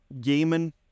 gaming